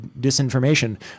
disinformation